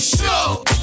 show